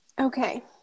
Okay